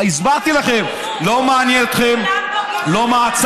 הסברתי לכם: לא מעניין אתכם מעצרים,